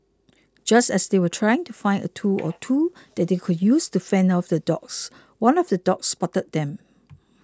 just as they were trying to find a tool or two that they could use to fend off the dogs one of the dogs spotted them